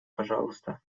пожалуйста